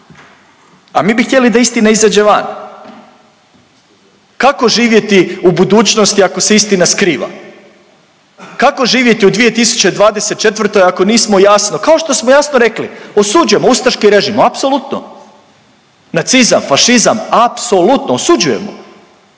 a mi bi htjeli da isti ne izađe van. Kako živjeti u budućnosti ako se istina skriva? Kako živjeti u 2024. ako nismo jasno, kao što smo jasno rekli osuđujemo ustaški režim apsolutno, nacizam, fašizam apsolutno osuđujemo,